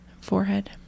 Forehead